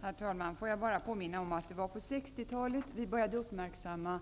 Herr talman! Får jag bara påminna om att det var på 60-talet som vi började uppmärksamma